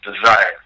desire